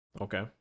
Okay